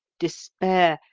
despair,